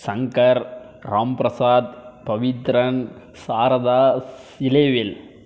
Shankar Ramprasad Pavithran Saradhas Ilaivel